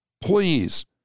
please